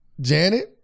Janet